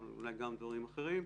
אבל אולי גם דברים אחרים,